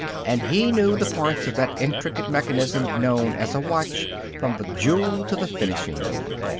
and he knew the parts of that intricate mechanism known as a watch from the jewel to the finishing room.